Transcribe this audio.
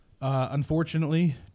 Unfortunately